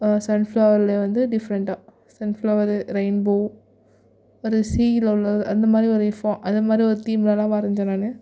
சன்ஃப்ளவரில் வந்து டிஃப்ரெண்ட்டாக sunflower rainbow ஒரு சீ உள்ளது அந்த மாதிரி ஒரு இஃப்ஃபா அந்த மாதிரி ஒரு தீம்லெலாம் வரைஞ்சேன் நான்